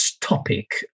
topic